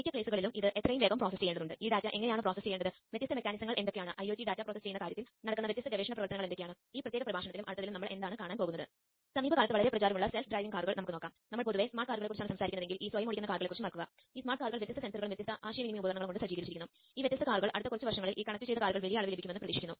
ഒരു പുനരവലോകനം mid range ആപ്ലിക്കേഷനുകൾക്കായി വ്യാപകമായി ഉപയോഗിക്കുന്നു